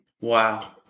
Wow